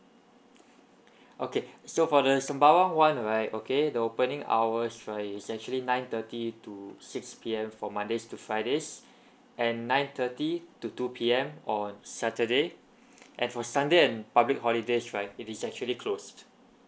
okay so for the sembawang one right okay the opening hours right is actually nine thirty to six P_M for mondays to fridays and nine thirty to two P_M on saturday and for sunday and public holidays right it is actually closed